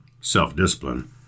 self-discipline